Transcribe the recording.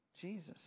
Jesus